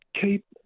keep